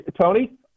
Tony